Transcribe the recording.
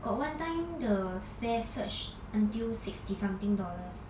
got one time the fare search until sixty something dollars